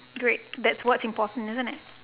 great that's what important isn't it